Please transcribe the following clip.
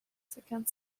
second